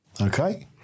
Okay